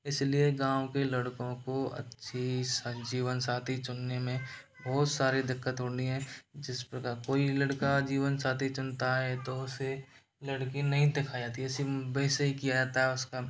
इसलिए गाँव के लड़कों को अच्छी सं जीवनसाथी चुनने में बहुत सारी दिक्कत उड़नी है जिस प्रकार कोई लड़का जीवनसाथी सुनता है तो उसे लड़की नहीं दिखाई जाती है सिम वैसे ही किया जाता है उसका